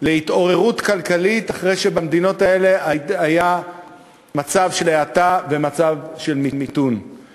להתעוררות כלכלית אחרי מצב של האטה ומצב של מיתון שהיה בהן.